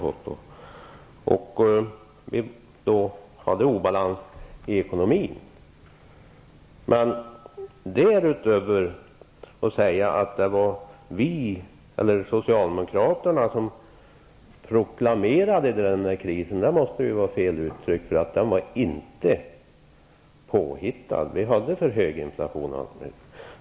Det var obalans i ekonomin, men att därutöver säga att socialdemokraterna proklamerade krisen måste väl vara fel uttryck, därför att den var inte påhittad. Inflationen var för hög.